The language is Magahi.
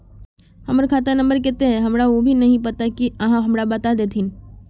हमर खाता नम्बर केते है हमरा वो भी नहीं पता की आहाँ हमरा बता देतहिन?